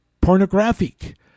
pornographic